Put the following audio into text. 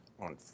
on